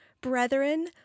Brethren